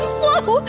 slow